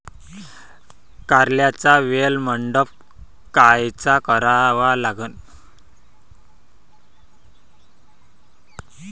कारल्याचा वेल मंडप कायचा करावा लागन?